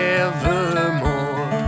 evermore